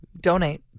donate